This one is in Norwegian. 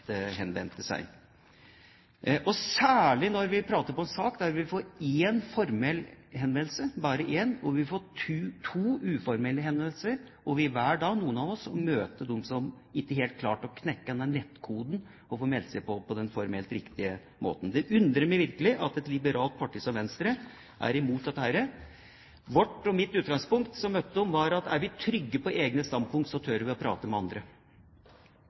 seg til oss, særlig når vi prater om en sak der vi får én formell henvendelse – bare én – og to uformelle henvendelser, og noen av oss velger så å møte dem som ikke helt har klart å knekke nettkoden og fått meldt seg på på den helt riktige måten. Det undrer meg virkelig at et liberalt parti som Venstre er imot dette. Vårt, og mitt, utgangspunkt for å møte dem var at er vi trygge på egne standpunkt, så tør vi å prate med andre.